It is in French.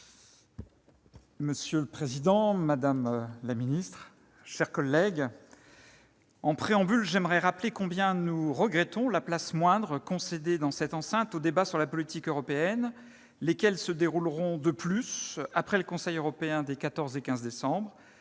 Monsieur le président, madame la ministre, chers collègues, en préambule, je voudrais rappeler combien nous regrettons la moindre place concédée, dans cette enceinte, aux débats sur la politique européenne, lesquels se dérouleront de plus après le Conseil européen des 14 et 15 décembre